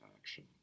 action